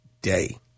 Day